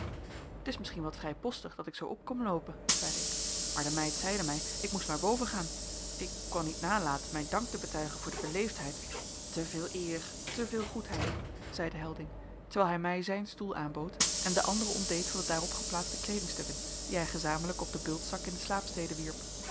t is misschien wat vrijpostig dat ik zoo op kom loopen zeide ik maar de meid zeide mij ik moest maar bovengaan ik kon niet nalaten mijn dank te betuigen voor de beleefdheid te veel eer te veel goedheid zeide helding terwijl hij mij zijn stoel aanbood en den anderen ontdeed van de daarop geplaatste kleedingstukken die hij gezamenlijk op den bultzak in de slaapstede wierp